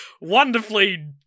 wonderfully